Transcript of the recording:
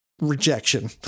rejection